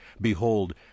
Behold